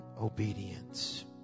obedience